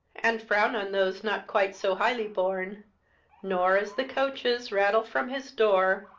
and frown on those not quite so highly born nor, as the coaches rattle from his door,